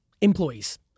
Employees